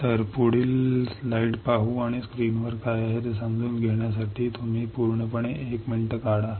तर पुढील स्लाईड पाहू आणि स्क्रीनवर काय आहे ते समजून घेण्यासाठी तुम्ही एक मिनिट पूर्णपणे एक मिनिट काढा